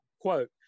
Quote